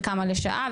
וכמה לשעה,